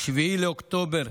7 באוקטובר